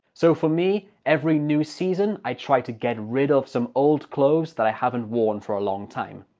so for me every new season i try to get rid of some old clothes that i haven't worn for a long time.